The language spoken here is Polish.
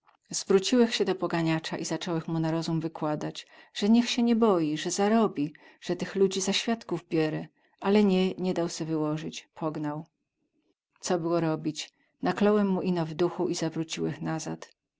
zwróciłech sie do poganiaca i zacąłech mu na rozum wykładać ze niech sie nie boi ze zarobi ze tych ludzi na świadków bierę ale nie nie dał se wyłozyć pognał co było robić nakląłem mu ino w duchu i zawróciłech nazad